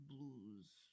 blues